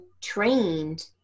trained